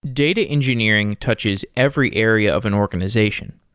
data engineering touches every area of an organization.